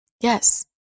Yes